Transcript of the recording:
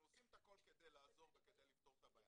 אנחנו עושים את הכול כדי לעזור וכדי לפתור את הבעיה.